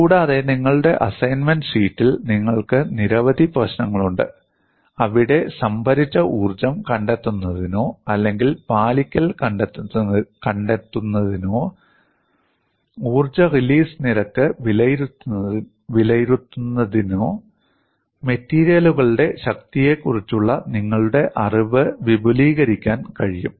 കൂടാതെ നിങ്ങളുടെ അസൈൻമെന്റ് ഷീറ്റിൽ നിങ്ങൾക്ക് നിരവധി പ്രശ്നങ്ങളുണ്ട് അവിടെ സംഭരിച്ച ഊർജ്ജം കണ്ടെത്തുന്നതിനോ അല്ലെങ്കിൽ പാലിക്കൽ കണ്ടെത്തുന്നതിനോ ഊർജ്ജ റിലീസ് നിരക്ക് വിലയിരുത്തുന്നതിനോ മെറ്റീരിയലുകളുടെ ശക്തിയെക്കുറിച്ചുള്ള നിങ്ങളുടെ അറിവ് വിപുലീകരിക്കാൻ കഴിയും